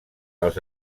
als